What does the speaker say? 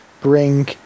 bring